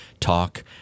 Talk